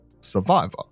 survivor